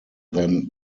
than